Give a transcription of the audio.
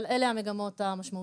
אבל אלה המגמות המשמעויות.